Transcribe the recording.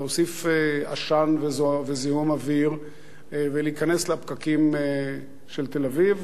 להוסיף עשן וזיהום אוויר ולהיכנס לפקקים של תל-אביב